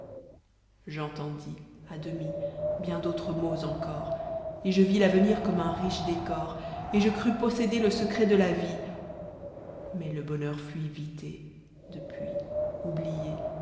j'entendis à demi bien d'autres mots encor et je vis l'avenir comme un riche décor et je crus posséder le secret de la vie mais le bonheur fuit vite et depuis oublié